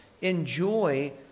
enjoy